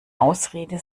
ausrede